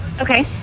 Okay